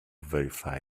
verify